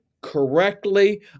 correctly